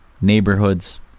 neighborhoods